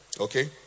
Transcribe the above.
okay